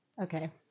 Okay